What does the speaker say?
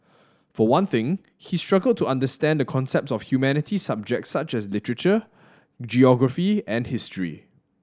for one thing he struggled to understand the concepts of humanities subjects such as literature geography and history